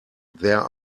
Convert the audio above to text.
there